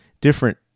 different